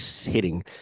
hitting